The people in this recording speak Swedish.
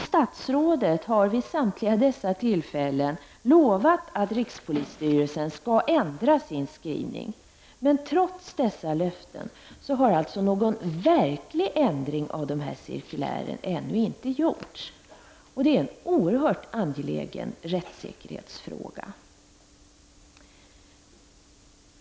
Statsrådet har vid samtliga dessa tillfällen lovat att rikspolisstyrelsen skall ändra sin skrivning, men trots dessa löften har någon verklig ändring av dessa cirkulär inte gjorts. Och detta är en oerhört angelägen rättssäkerhetsfråga.